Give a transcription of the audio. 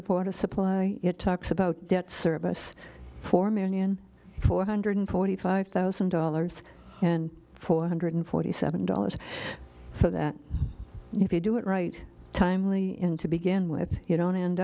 of water supply it talks about debt service for mannion four hundred forty five thousand dollars and four hundred forty seven dollars so that if you do it right timely in to begin with you don't end